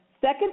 Second